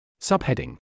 Subheading